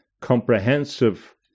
comprehensive